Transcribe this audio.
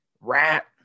rat